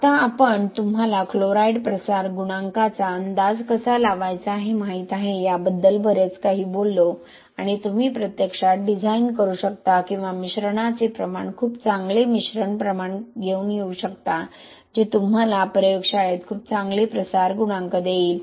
आता आपण तुम्हाला क्लोराईड प्रसार गुणांकाचा अंदाज कसा लावायचा हे माहित आहे याबद्दल बरेच काही बोललो आणि तुम्ही प्रत्यक्षात डिझाइन करू शकता किंवा मिश्रणाचे प्रमाण खूप चांगले मिश्रण प्रमाण घेऊन येऊ शकता जे तुम्हाला प्रयोगशाळेत खूप चांगले प्रसार गुणांक देईल